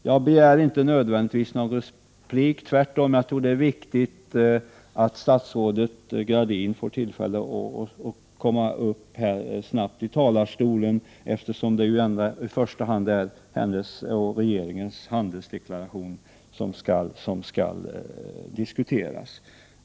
Jag begär inte nödvändigtvis någon replik, tvärtom tror jag att det är viktigt att statsrådet Gradin får tillfälle att komma upp i talarstolen, eftersom det i första hand ändå är hennes och regeringens handelspolitiska deklaration som skall diskuteras.